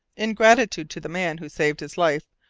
in gratitude to the man who saved his life,